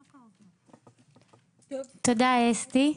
תודה, אסתי.